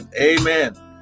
amen